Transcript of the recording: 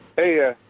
Hey